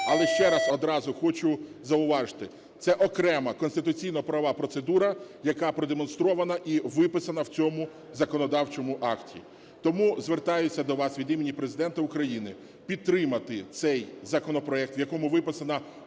Але ще раз одразу хочу зауважити - це окрема конституційно-правова процедура, яка продемонстрована і виписана в цьому законодавчому акті. Тому звертаюся до вас від імені Президента України підтримати цей законопроект, в якому виписана